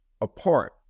apart